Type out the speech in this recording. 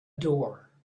door